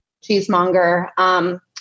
cheesemonger